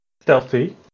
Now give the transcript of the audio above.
stealthy